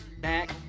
back